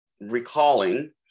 Recalling